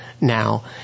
now